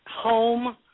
home